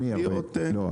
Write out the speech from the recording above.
לא,